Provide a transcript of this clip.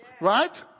right